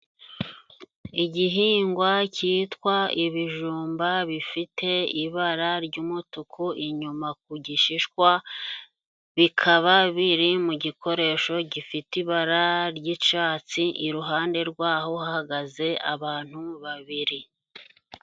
Igihingwa cyitwa ibijumba bifite ibara ry'umutuku, inyuma ku gishishwa bikaba biri mu gikoresho gifite ibara ry'icyatsi iruhande rwaho hahagaze abantu babiri.